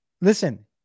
Listen